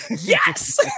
Yes